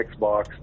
Xbox